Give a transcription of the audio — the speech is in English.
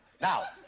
Now